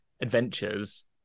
adventures